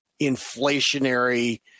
inflationary